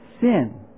Sin